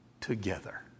together